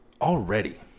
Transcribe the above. already